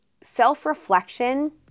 self-reflection